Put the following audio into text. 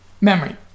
memory